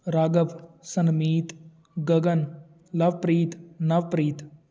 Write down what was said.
Raghav Sanmeet Gagan Lovepreet Navpreet